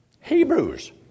Hebrews